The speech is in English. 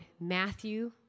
Matthew